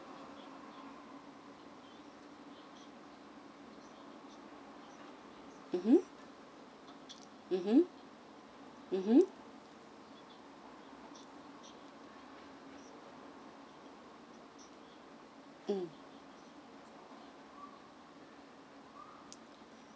mmhmm mm